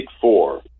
four